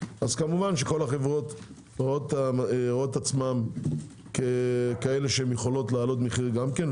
כמובן כל החברות רואות עצמן ככאלה שיכולות להעלות מחיר גם כן,